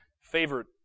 favorite